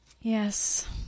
Yes